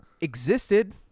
existed